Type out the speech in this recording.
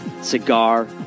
Cigar